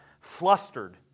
flustered